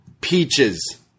Peaches